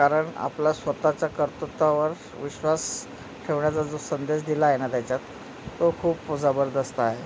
कारण आपला स्वतःच्या कर्तुत्वावर विश्वास ठेवण्याचा जो संदेश दिला आहे ना त्याच्यात तो खूप जबरदस्त आहे